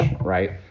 right